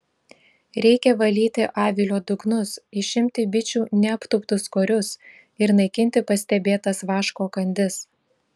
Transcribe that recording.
reikia valyti avilio dugnus išimti bičių neaptūptus korius ir naikinti pastebėtas vaško kandis